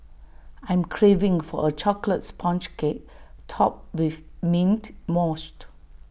I am craving for A Chocolate Sponge Cake Topped with Mint Mousse